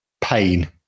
pain